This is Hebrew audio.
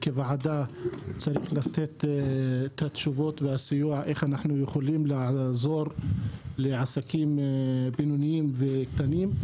כוועדה יש לתת את התשובות איך אנו יכולים לעזור לעסקים בינוניים וקטנים.